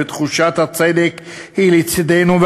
ותחושת הצדק היא לצדנו,